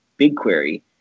BigQuery